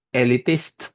elitist